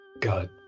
god